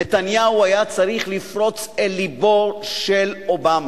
נתניהו היה צריך לפרוץ אל לבו של אובמה,